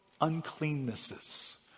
uncleannesses